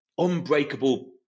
unbreakable